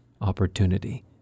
opportunity